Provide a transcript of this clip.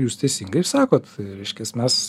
jūs teisingai ir sakot reiškias mes